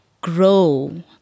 grow